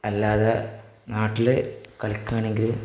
അല്ലാതെ നാട്ടില് കളിക്കുകയാണെങ്കില്